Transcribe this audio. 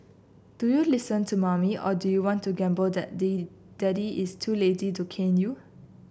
do you listen to mommy or do you want to gamble that day daddy is too lazy to cane you